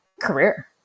career